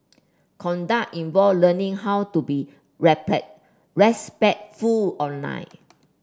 conduct involve learning how to be respectful online